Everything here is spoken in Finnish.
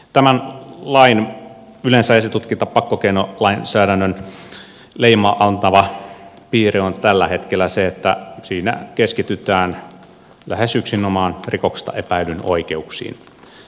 tämän lain yleensä esitutkinta ja pakkokeinolainsäädännön leimaa antava piirre on tällä hetkellä se että siinä keskitytään lähes yksinomaan rikoksesta epäillyn oikeuksiin